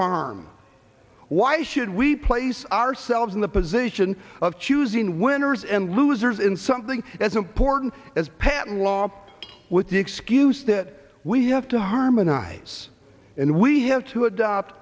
harm why should we place ourselves in the zation of choosing winners and losers in something as important as patent law with the excuse that we have to harmonize and we have to adopt